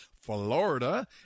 Florida